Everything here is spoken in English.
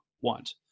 want